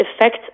effect